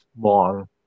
long